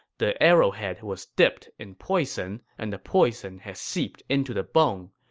the arrowhead was dipped in poison, and the poison has seeped into the bone.